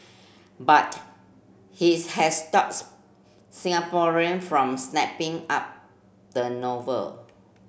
but his has stops Singaporean from snapping up the novel